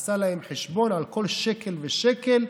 עשה להם חשבון על כל שקל ושקל.